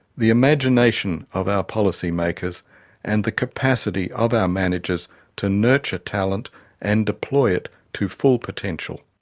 the imagination of our policy-makers and the capacity of our managers to nurture talent and deploy it to full potential.